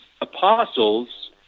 apostles